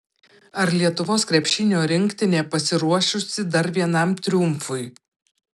ar lietuvos krepšinio rinktinė pasiruošusi dar vienam triumfui